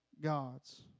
gods